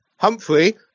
Humphrey